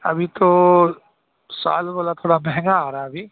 ابھی تو سال والا تھوڑا مہنگا آ رہا ہے ابھی